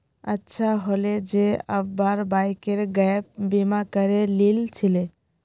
अच्छा हले जे अब्बार बाइकेर गैप बीमा करे लिल छिले